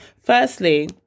firstly